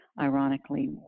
ironically